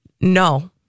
No